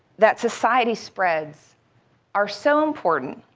that society spreads are so important.